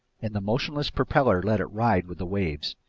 and the motionless propeller let it ride with the waves.